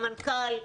למנכ"ל,